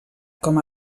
com